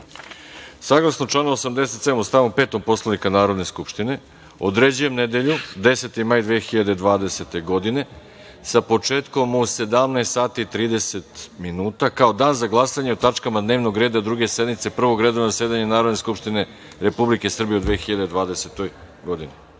članu 87. stav 5. Poslovnika Narodne skupštine određujem nedelju, 10. maj 2020. godine, sa početkom u 17 časova i 30 minuta, kao Dan za glasanje o tačkama dnevnog reda Druge sednice Prvog redovnog zasedanja Narodne skupštine Republike Srbije u 2020. godini.(Posle